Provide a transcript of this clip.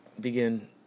begin